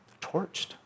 torched